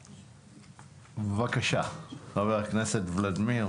בבקשה חבר הכנסת ולדימיר.